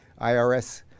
IRS